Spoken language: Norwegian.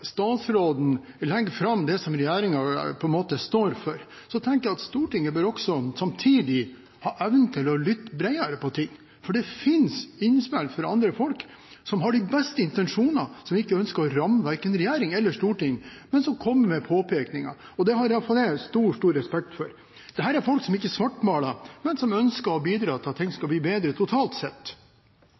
statsråden legger fram det regjeringen står for, tenker jeg at Stortinget samtidig også bør ha evne til å lytte bredere, for det finnes innspill fra andre folk, som har de beste intensjoner, som ikke ønsker å ramme verken regjering eller storting, men som kommer med påpekninger. Det har iallfall jeg stor, stor respekt for. Dette er folk som ikke svartmaler, men som ønsker å bidra til at ting skal bli bedre totalt sett.